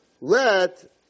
let